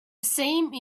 same